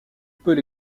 peut